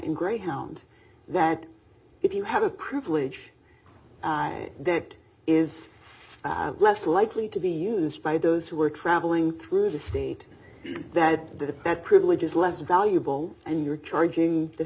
in greyhound that if you have a privilege that is less likely to be used by those who are traveling through the state that the that privilege is less valuable and you're charging the